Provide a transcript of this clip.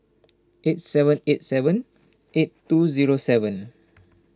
eight seven eight seven eight two zero seven